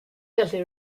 gallu